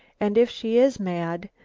and if she is mad,